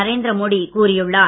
நரேந்திர மோடி கூறி உள்ளார்